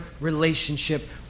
relationship